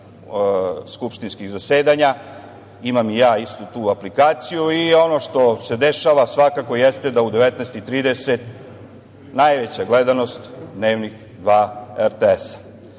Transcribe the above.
skupštinskih zasedanja. Imam i ja istu tu aplikaciju i ono što se dešava svakako jeste da u 19.30 časova najveća gledanost Dnevnik 2 RTS-a. Uz